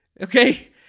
Okay